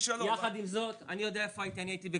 יחד עם זאת, אני יודע איפה אני הייתי.